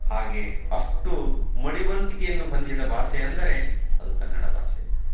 ಹಾಗೇ ಅಷ್ಟು ಮಡಿವಂತಿಕೆಯನ್ನು ಹೊಂದಿದ ಭಾಷೆ ಅಂದರೆ ಅದು ಕನ್ನಡ ಭಾಷೆ